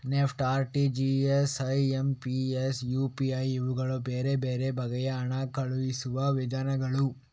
NEFT, RTGS, IMPS, UPI ಇವುಗಳು ಬೇರೆ ಬೇರೆ ಬಗೆಯ ಹಣ ಕಳುಹಿಸುವ ವಿಧಾನಗಳು